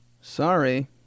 sorry